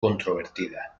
controvertida